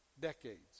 decades